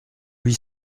huit